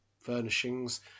furnishings